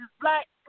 black